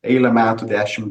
eilę metų dešimt